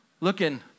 looking